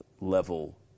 level